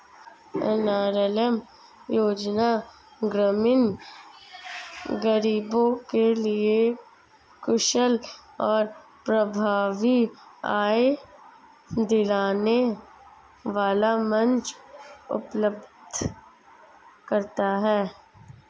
NRLM योजना ग्रामीण गरीबों के लिए कुशल और प्रभावी आय दिलाने वाला मंच उपलब्ध कराता है